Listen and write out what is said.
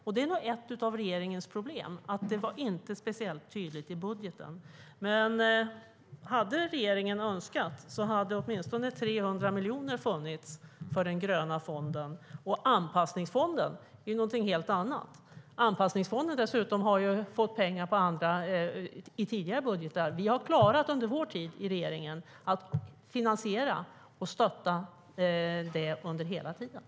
Det är nog ett av regeringens problem att det inte var speciellt tydligt i budgeten.